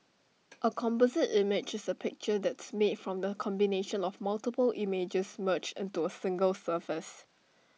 A composite image is A picture that's made from the combination of multiple images merged into A single surface